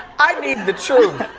i need the truth.